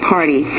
Party